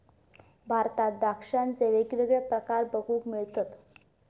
भारतात द्राक्षांचे वेगवेगळे प्रकार बघूक मिळतत